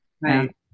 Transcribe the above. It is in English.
right